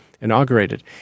inaugurated